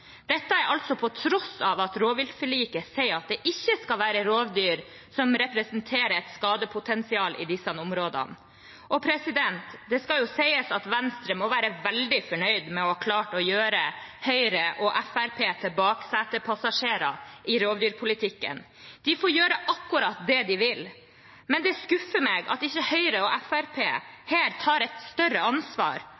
Dette skjer altså på tross av at rovviltforliket sier at det ikke skal være rovdyr som representerer et skadepotensial, i de områdene. Venstre må være veldig fornøyd med å ha klart å gjøre Høyre og Fremskrittspartiet til baksetepassasjerer i rovdyrpolitikken. De får gjøre akkurat det de vil, men det skuffer meg at Høyre og